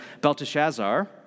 Belteshazzar